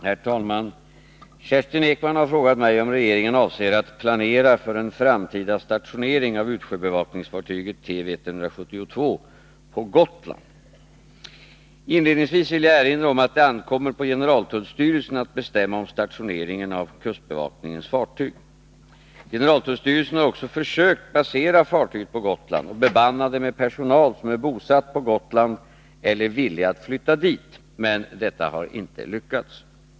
Herr talman! Kerstin Ekman har frågat mig om regeringen avser att planera för en framtida stationering av utsjöbevakningsfartyget Tv 172 på Gotland. Inledningsvis vill jag erinra om att det ankommer på generaltullstyrelsen att bestämma om stationeringen av kustbevakningens fartyg. Generaltullstyrelsen har också försökt basera fartyget på Gotland och bemanna det med personal som är bosatt på Gotland eller villig att flytta dit, men detta har inte lyckats.